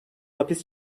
hapis